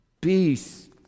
peace